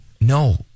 No